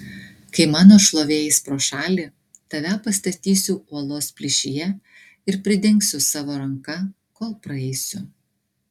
kai mano šlovė eis pro šalį tave pastatysiu uolos plyšyje ir pridengsiu savo ranka kol praeisiu